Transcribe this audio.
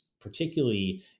particularly